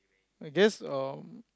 I guess uh